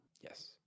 Yes